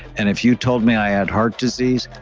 and if you told me i had heart disease,